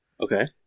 okay